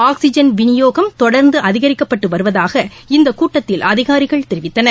oxygen வினியோகம் தொடர்ந்துஅதிகரிக்கப்பட்டுவருவதாக இந்தகூட்டத்தில் அதிகாரிகள் தெரிவித்தனர்